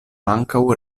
ankaŭ